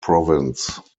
province